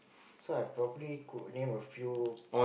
so I probably could name a few